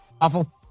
Awful